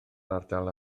ardal